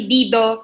Dido